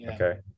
okay